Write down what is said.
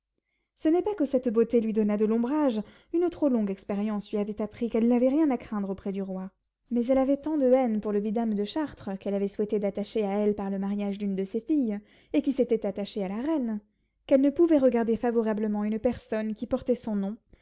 ce n'est pas que cette beauté lui donnât de l'ombrage une trop longue expérience lui avait appris qu'elle n'avait rien à craindre auprès du roi mais elle avait tant de haine pour le vidame de chartres qu'elle avait souhaité d'attacher à elle par le mariage d'une de ses filles et qui s'était attaché à la reine qu'elle ne pouvait regarder favorablement une personne qui portait son nom